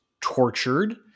tortured